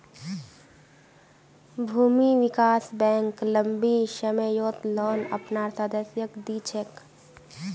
भूमि विकास बैंक लम्बी सम्ययोत लोन अपनार सदस्यक दी छेक